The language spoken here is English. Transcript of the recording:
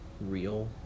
real